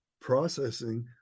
processing